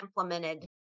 implemented